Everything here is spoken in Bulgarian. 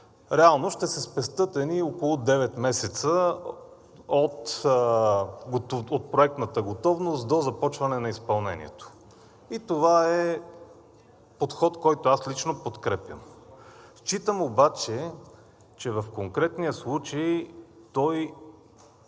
реално ще се спестят едни около девет месеца от проектната готовност до започване на изпълнението. И това е подход, който аз лично подкрепям. Считам обаче, че в конкретния случай той